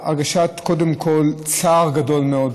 קודם כול בהרגשת צער גדול מאוד,